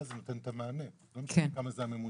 זה נותן את המענה, לא משנה כמה זה הממוצע,